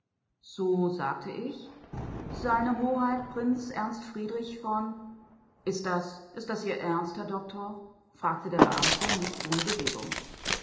so sagte ich se hoheit prinz ernst friedrich von ist das ist das ihr ernst herr doktor fragte der beamte nicht ohne bewegung